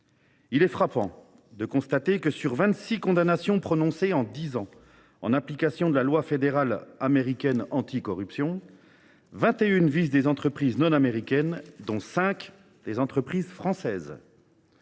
Il est frappant de constater que, sur vingt six condamnations prononcées en dix ans en application de la loi fédérale américaine anticorruption, vingt et une visent des entreprises non américaines, dont cinq françaises.